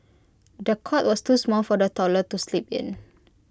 the cot was too small for the toddler to sleep in